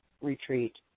retreat